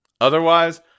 Otherwise